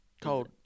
called